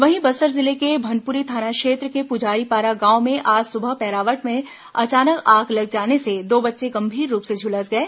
वहीं बस्तर जिले के भनपुरी थाना क्षेत्र के पुजारी पारा गांव में आज सुबह पैरावट में अचानक आग लग जाने से दो बच्चे गंभीर रूप से झुलस गए